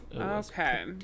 Okay